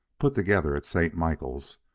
put together at st. michaels,